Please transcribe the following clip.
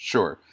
Sure